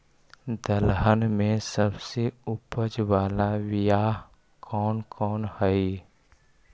दलहन में सबसे उपज बाला बियाह कौन कौन हइ?